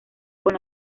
con